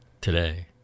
today